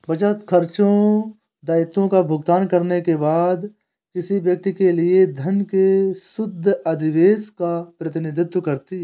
बचत, खर्चों, दायित्वों का भुगतान करने के बाद किसी व्यक्ति के लिए धन के शुद्ध अधिशेष का प्रतिनिधित्व करती है